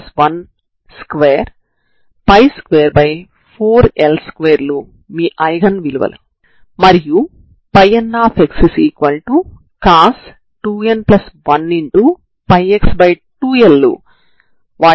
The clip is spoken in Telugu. ఇప్పుడు మీరు దృష్ట్యా సమాకలనం చేయాలనుకుంటున్నారు మరియు 0 నుండి వరకు మారుతూ ఉంటుంది